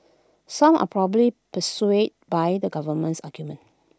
some are probably persuaded by the government's argument